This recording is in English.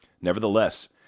Nevertheless